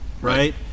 Right